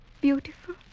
beautiful